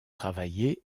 travaillé